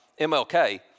MLK